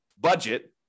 budget